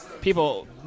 people